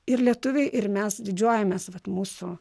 ir lietuviai ir mes didžiuojamės vat mūsų